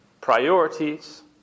priorities